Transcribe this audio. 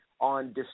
on